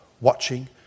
watching